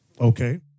Okay